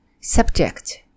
subject